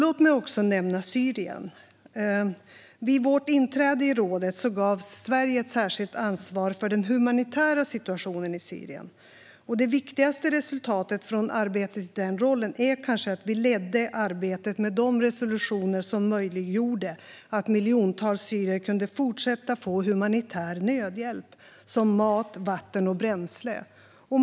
Låt mig också nämna Syrien. Vid vårt inträde i rådet gavs Sverige ett särskilt ansvar för den humanitära situationen i Syrien. Det viktigaste resultatet från arbetet i den rollen är kanske att vi ledde arbetet med de resolutioner som möjliggjorde att miljontals syrier fortsatte att få humanitär nödhjälp som mat, vatten och bränsle.